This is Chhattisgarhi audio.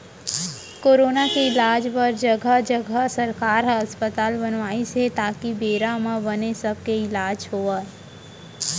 कोरोना के इलाज बर जघा जघा सरकार ह अस्पताल बनवाइस हे ताकि बेरा म बने सब के इलाज होवय